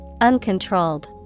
Uncontrolled